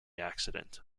accident